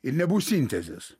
ir nebus sintezės